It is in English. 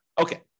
Okay